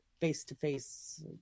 face-to-face